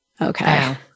Okay